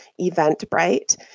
Eventbrite